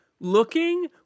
Looking